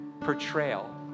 portrayal